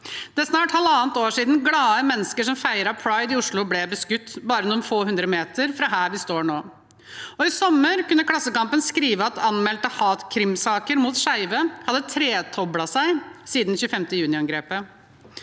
Det er snart halvannet år siden glade mennesker som feiret pride i Oslo, ble beskutt bare noen få hundre meter fra her hvor vi er nå. I sommer kunne Klassekampen skrive at anmeldte hatkrimsaker mot skeive hadde tredoblet seg siden 25. juni-angrepet.